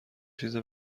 چیز